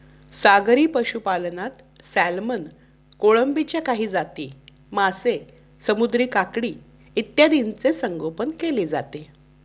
सागरी पशुपालनात सॅल्मन, कोळंबीच्या काही जाती, मासे, समुद्री काकडी इत्यादींचे संगोपन केले जाते